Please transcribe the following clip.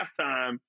halftime